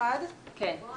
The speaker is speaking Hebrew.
ההצעה 8 נגד,